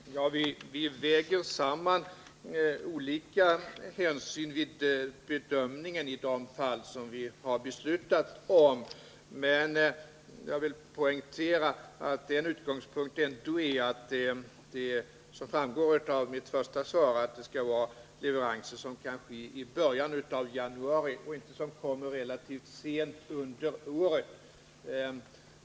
Fru talman! Vi väger samman olika hänsyn vid bedömningen i de fall vi har beslutat om. Men jag vill poängtera att en utgångspunkt ändå är, såsom framgår av mitt svar, att det skall vara leveranser som kunnat ske i början av januari och inte relativt sent under året.